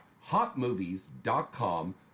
hotmovies.com